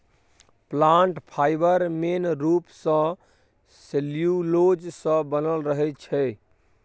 plant fibre मेन रुप सँ सेल्युलोज सँ बनल रहै छै